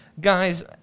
Guys